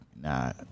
nah